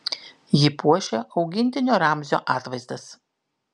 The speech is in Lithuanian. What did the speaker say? jį puošia augintinio ramzio atvaizdas